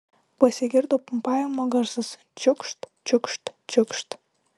pasigirdo pumpavimo garsas čiūkšt čiūkšt čiūkšt